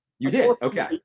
you did? okay.